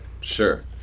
sure